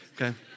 Okay